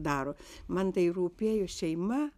daro man tai rūpėjo šeima